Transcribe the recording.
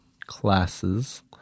classes